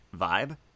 vibe